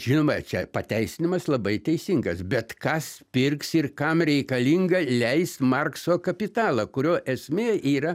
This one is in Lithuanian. žinoma čia pateisinimas labai teisingas bet kas pirks ir kam reikalinga leis markso kapitalą kurio esmė yra